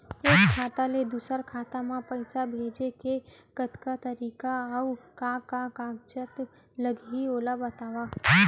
एक खाता ले दूसर खाता मा पइसा भेजे के कतका तरीका अऊ का का कागज लागही ओला बतावव?